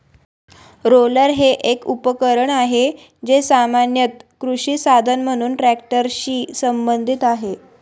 roller हे एक उपकरण आहे, जे सामान्यत कृषी साधन म्हणून ट्रॅक्टरशी संबंधित आहे